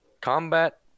Combat